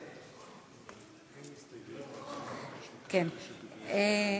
אלי,